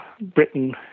Britain